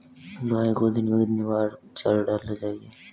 गाय को दिन में कितनी बार चारा डालना चाहिए?